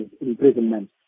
imprisonment